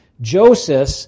Joseph